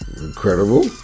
incredible